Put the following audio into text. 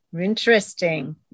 interesting